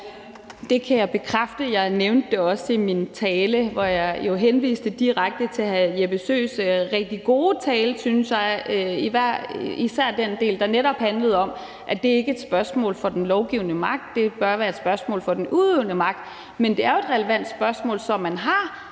Det kan jeg bekræfte. Jeg nævnte det også i min tale, hvor jeg jo henviste direkte til hr. Jeppe Søes rigtig gode tale, synes jeg – især den del, der netop handlede om, at det ikke er et spørgsmål for den lovgivende magt, men at det bør være et spørgsmål for den udøvende magt. Men det er jo et relevant spørgsmål, og man har